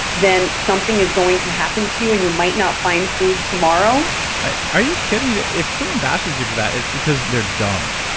then something is going to happen to you and you might not find food tomorrow are you kidding? if someone bashes you for that, it's because they're dumb.